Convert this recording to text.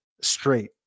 straight